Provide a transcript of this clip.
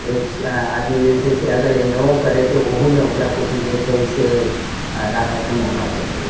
एक आदमी जे छै से अगर एम ए ओ करैत उहोमे ओकरा कोइ चीज जे छै से राखऽके